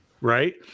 right